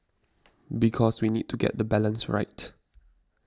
because we need to get the balance right